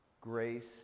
grace